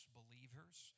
believers